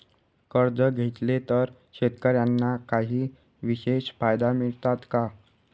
कर्ज घेतले तर शेतकऱ्यांना काही विशेष फायदे मिळतात का?